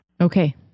Okay